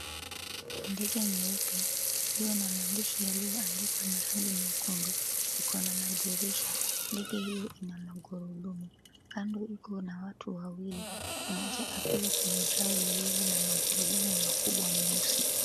Ndege nyeupe iliyo na maandishi yaliyoandikwa na rangi nyekundu ikona madirisha. Ndege hiyo ina magurudumu. Kando iko na watu wawili, mmoja akiwa kwenye gari ililo na magurudumu makubwa meusi.